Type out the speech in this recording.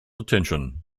attention